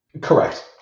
Correct